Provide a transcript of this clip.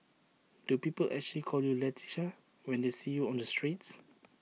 do people actually call you Leticia when they see you on the streets